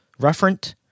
Referent